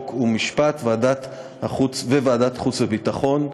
חוק ומשפט וועדת החוץ והביטחון.